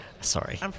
Sorry